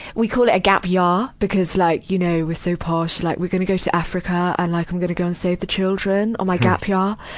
we call it a gap yaar, cuz, like. you know, we're so posh. like we're gonna go to africa and, like, i'm gonna go and save the children on my gap yaar.